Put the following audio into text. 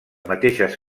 mateixes